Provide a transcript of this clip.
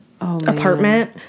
apartment